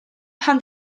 pan